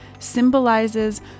symbolizes